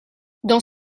dans